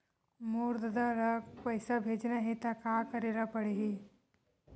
मोर ददा ल पईसा भेजना हे त का करे ल पड़हि?